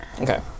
Okay